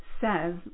says